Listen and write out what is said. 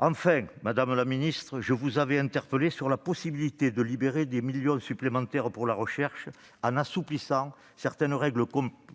Enfin, madame la ministre, je vous avais interpellée sur la possibilité de libérer des millions supplémentaires pour la recherche en assouplissant certaines règles comptables